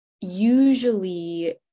usually